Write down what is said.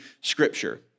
Scripture